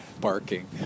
barking